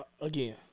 again